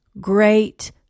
great